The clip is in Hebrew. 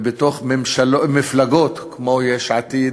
ובתוך מפלגות, כמו יש עתיד,